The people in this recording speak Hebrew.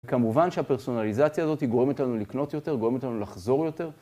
כמובן שהפרסונליזציה הזאת היא גורמת לנו לקנות יותר, גורמת לנו לחזור יותר.